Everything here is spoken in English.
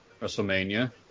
WrestleMania